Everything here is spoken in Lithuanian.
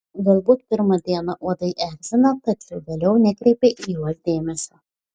galbūt pirmą dieną uodai erzina tačiau vėliau nekreipi į juos dėmesio